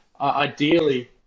Ideally